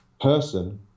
person